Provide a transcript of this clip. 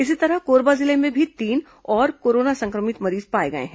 इसी तरह कोरबा जिले में भी तीन और कोरोना संक्रमित मरीज पाए गए हैं